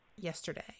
yesterday